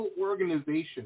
organization